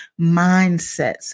mindsets